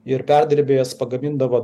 ir perdirbėjas pagamindavo